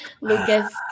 Lucas